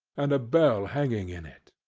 and a bell hanging in it.